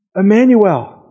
Emmanuel